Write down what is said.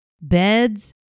beds